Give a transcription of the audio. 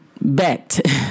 bet